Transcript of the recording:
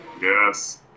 Yes